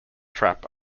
trap